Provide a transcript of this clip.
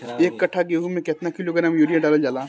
एक कट्टा गोहूँ में केतना किलोग्राम यूरिया डालल जाला?